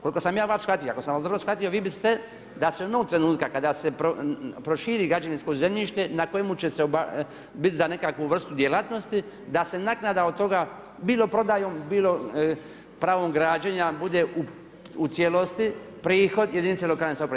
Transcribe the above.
Koliko sam ja vas shvatio, ako sam vas dobro shvatio, vi biste da se onog trenutka kada se proširi građevinsko zemljište na kojemu će se, biti za nekakvu vrstu djelatnosti da se naknada od toga bilo prodajom, bilo pravom građenja bude u cijelosti prihod jedinice lokalne samouprave.